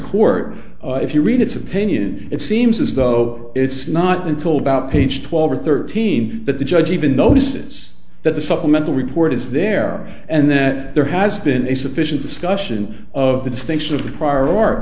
court if you read its opinion it seems as though it's not until about page twelve or thirteen that the judge even notices that the supplemental report is there and that there has been a sufficient discussion of the distinction of the prior art